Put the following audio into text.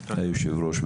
אדוני היושב ראש,